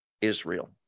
Israel